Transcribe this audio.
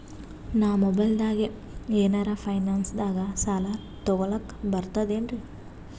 ನಾ ಮೊಬೈಲ್ದಾಗೆ ಏನರ ಫೈನಾನ್ಸದಾಗ ಸಾಲ ತೊಗೊಲಕ ಬರ್ತದೇನ್ರಿ?